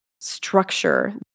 structure